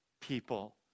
people